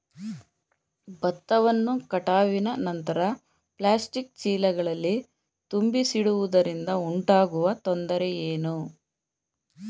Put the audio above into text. ಭತ್ತವನ್ನು ಕಟಾವಿನ ನಂತರ ಪ್ಲಾಸ್ಟಿಕ್ ಚೀಲಗಳಲ್ಲಿ ತುಂಬಿಸಿಡುವುದರಿಂದ ಉಂಟಾಗುವ ತೊಂದರೆ ಏನು?